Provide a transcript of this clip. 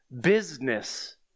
business